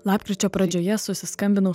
lapkričio pradžioje susiskambinau